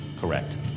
Correct